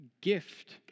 gift